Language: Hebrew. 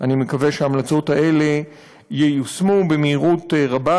אני מקווה שההמלצות האלה ייושמו במהירות רבה